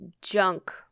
junk